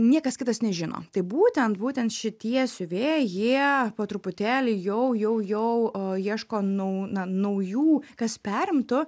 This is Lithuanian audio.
niekas kitas nežino tai būtent būtent šitie siuvėjai jie po truputėlį jau jau jau a ieško nau na naujų kas perimtų